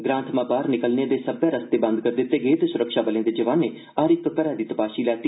ग्रां थमां बाहर निकलन द सब्बै रस्त बंद करी दित्त ग त सुरक्षाबलें द जवानें हर इक घरै दी तपाशी लैती